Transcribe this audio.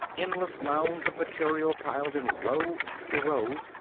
endless mounds of material piled in row after row.